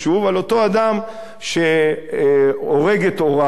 על אותו אדם שהורג את הוריו,